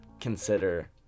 consider